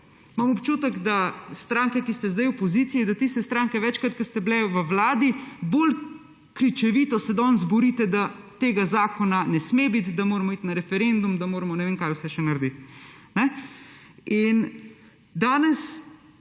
Imam občutek, da stranke, ki ste sedaj v opoziciji, da tiste stranke večkrat ko ste bile v vladi bolj krčevito se danes borite, da tega zakona ne sme biti, da moramo iti na referendum, da moramo, ne vem kaj vse še narediti. Danes